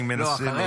אני מנסה.